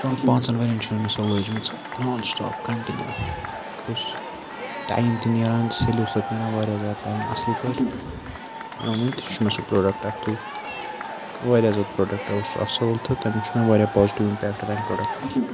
ژۄن پانٛژَن ؤرۍ یَن چھِ مےٚ سۄ لٲجمٕژ نان سٹاپ کَنٹِنیوٗ تَتھ اوس ٹایم تہِ نیران سٮ۪لہِ اوس تَتھ نیران واریاہ زیادٕ ٹایم اَصٕل پٲٹھۍ وٕنہِ تہِ چھُ مےٚ سُہ پرٛوڈَکٹ اَکھتُے واریاہ زیادٕ پرٛوڈَکٹ اوس سُہ اَصٕل تہٕ تَمیُک چھُ مےٚ واریاہ پازِٹِو اِمپٮ۪کٹ تَمہِ پرٛوڈَکٹُک